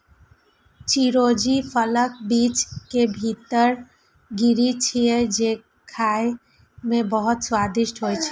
चिरौंजी फलक बीज के भीतर गिरी छियै, जे खाइ मे बहुत स्वादिष्ट होइ छै